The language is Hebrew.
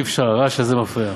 אי-אפשר, הרעש הזה מפריע.